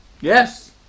Yes